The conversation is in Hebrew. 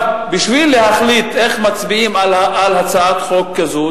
בשביל להחליט איך מצביעים על הצעת חוק כזו,